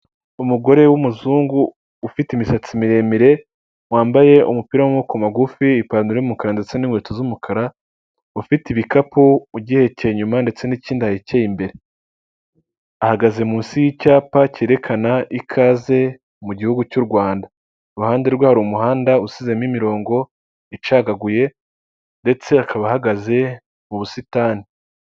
Umugore w'umuzungu ufite imisatsi miremire wambaye umupira w'amaboko magufi, ipantaro y'umukara ndetse n'inkweto z'umukara, ufite ibikapu ugihekeye inyuma ndetse n'ikindi ahekeye imbere. Ahagaze munsi y'icyapa cyerekana ikaze mu gihugu cy'u Rwanda, iruhande rwe hari umuhanda usizemo imirongo icagaguye ndetse akaba ahagaze mu busitani.